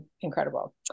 incredible